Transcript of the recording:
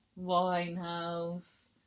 Winehouse